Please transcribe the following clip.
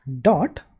dot